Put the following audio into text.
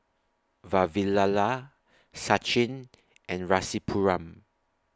Vavilala Sachin and Rasipuram